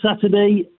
Saturday